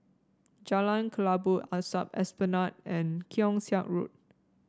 Jalan Kelabu Asap Esplanade and Keong Saik Road